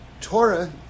Torah